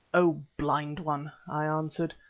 oh! blind one, i answered,